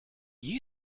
you